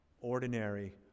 ordinary